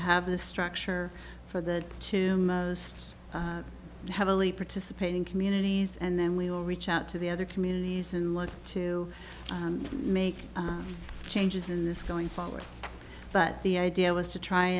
have the structure for the two most heavily participating communities and then we will reach out to the other communities and look to make changes in this going forward but the idea was to try